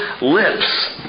lips